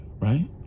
right